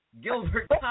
Gilbert